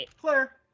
Claire